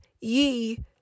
ye